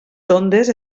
sondes